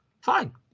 Fine